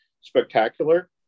spectacular